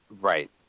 Right